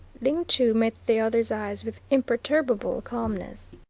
ling chu met the other's eyes with imperturbable calmness.